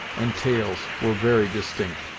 and tails, were very distinct,